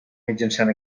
mitjançant